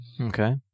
okay